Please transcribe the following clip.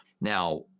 now